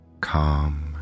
calm